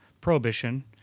prohibition